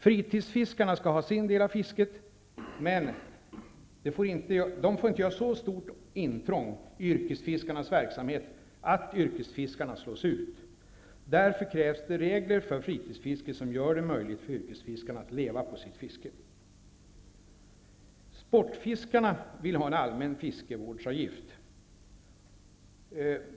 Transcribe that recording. Fritidsfiskarna skall ha sin del av fisket, men de får inte göra så stort intrång i yrkesfiskarnas verksamhet att yrkesfiskarna slås ut. Därför krävs regler för fritidsfisket som gör det möjligt för yrkesfiskarna att leva på sitt fiske. Sportfiskarna vill ha en allmän fiskevårdsavgift.